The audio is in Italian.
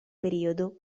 periodo